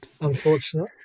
unfortunate